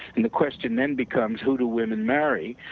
and, the question then becomes who do women marry,